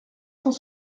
cent